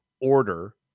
order